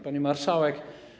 Pani Marszałek!